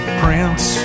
prince